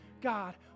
God